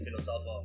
philosopher